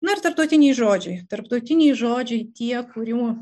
na ir tarptautiniai žodžiai tarptautiniai žodžiai tie kurių